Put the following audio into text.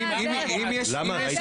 --- למה?